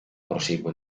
prosegue